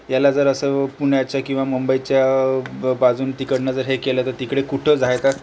याला जर असं पुण्याच्या किंवा मुंबईच्या बाजूनं तिकडनं जर हे केलं तर तिकडे कुठं झायतात